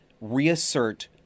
reassert